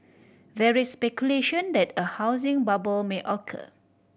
there is speculation that a housing bubble may occur